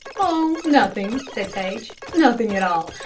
oh, nothing, said paige, nothing at all.